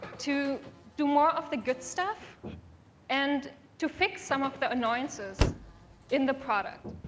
to do more of the good stuff and to fix some of the annoyances in the product.